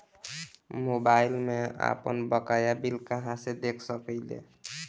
Mobile में आपनबकाया bill कहाँसे देख सकिले?